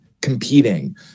competing